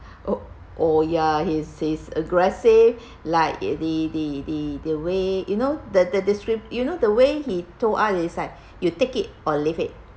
oh ya he's he's aggressive like the the the the way you know the the descrip~ you know the way he told us is like you take it or leave it